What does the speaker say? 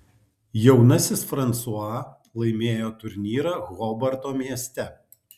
jaunasis fransua laimėjo turnyrą hobarto mieste